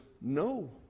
no